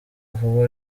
vuba